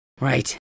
Right